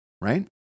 right